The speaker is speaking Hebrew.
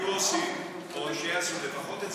אני אומר: אז היו עושים או שיעשו לפחות את זה.